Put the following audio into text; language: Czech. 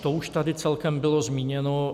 To už tady celkem bylo zmíněno.